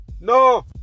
no